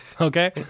Okay